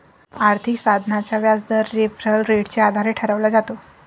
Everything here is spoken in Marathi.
आर्थिक साधनाचा व्याजदर रेफरल रेटच्या आधारे ठरवला जातो